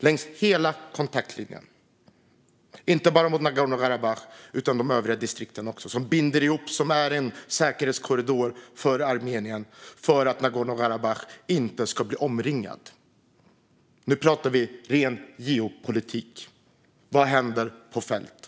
Det gäller inte bara mot Nagorno-Karabach utan även mot övriga distrikt som binder ihop området och utgör en säkerhetskorridor för Armenien för att Nagorno-Karabach inte ska bli omringat. Nu talar vi ren geopolitik. Men vad händer på fältet?